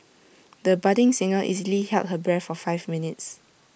the budding singer easily held her breath for five minutes